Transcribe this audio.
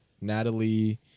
Natalie